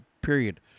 period